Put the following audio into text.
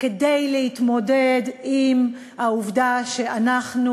כדי להתמודד עם העובדה שאנחנו,